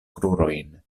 krurojn